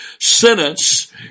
sentence